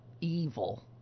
evil